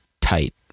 tight